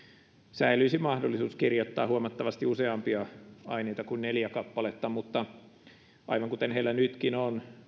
säilyisi mahdollisuus kirjoittaa huomattavasti useampia aineita kuin neljä kappaletta aivan kuten heillä nytkin on